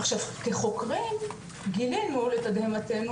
עכשיו כחוקרים גילינו לתדהמתנו,